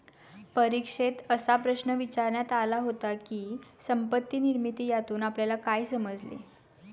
परीक्षेत असा प्रश्न विचारण्यात आला होता की, संपत्ती निर्मिती यातून आपल्याला काय समजले?